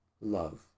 love